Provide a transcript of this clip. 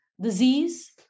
disease